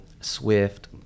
Swift